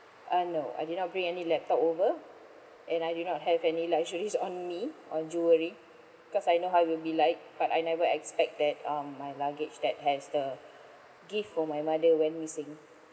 uh no I did not bring any laptop over and I did not have any luxuries on me or jewellery because I know how it'll be like but I never expect that um my luggage that has the gift for my mother went missing